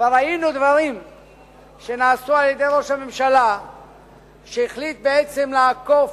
כבר ראינו דברים שנעשו על-ידי ראש הממשלה שהחליט בעצם לעקוף,